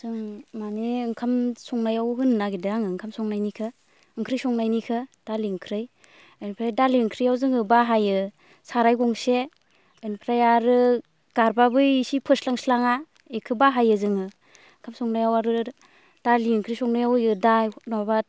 जों माने ओंखाम संनायाव होननो नागिरदों आं ओंखाम संनायनिखौ ओंख्रि संनायनिखौ दालि ओंख्रि ओमफ्राय दालि ओंख्रियाव जोङो बाहायो साराय गंसे ओमफ्राय आरो गारबा बै इसे फोस्लांस्लाङा बेखौ बाहायो जोङो ओंखाम संनायाव आरो दालि ओंख्रि संनायाव होयो दा माबा